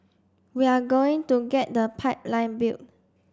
we are going to get the pipeline built